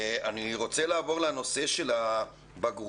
אני רוצה לעבור לנושא של הבגרויות